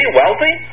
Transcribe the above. wealthy